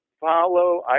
follow